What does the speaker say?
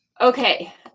Okay